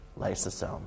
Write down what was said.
lysosome